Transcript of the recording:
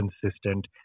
consistent